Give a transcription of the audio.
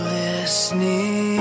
listening